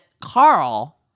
Carl